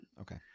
Okay